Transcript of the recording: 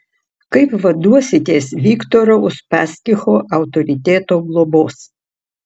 kaip vaduositės viktoro uspaskicho autoriteto globos